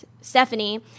Stephanie